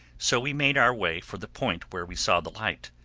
so we made our way for the point where we saw the light,